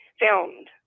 filmed